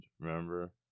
Remember